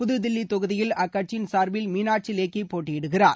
புது தில்லி தொகுதியில் அக்கட்சியின் சார்பில் மீனாட்சி லேக்கி போட்டியிடுகிறார்